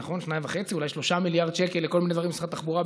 2.5 ואולי 3 מיליארד שקל לכל מיני דברים במשרד התחבורה,